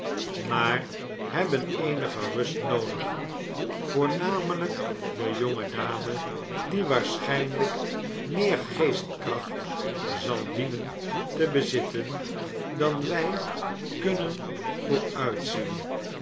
maar hebben eenige rust noodig voornamelijk de jonge dame die waarschijnlijk meer geestkracht zal dienen te bezitten dan wij kunnen